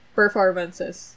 performances